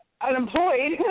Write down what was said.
unemployed